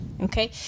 Okay